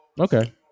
Okay